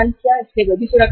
इसलिए वे भी सुरक्षित है